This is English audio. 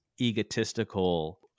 egotistical